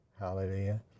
Hallelujah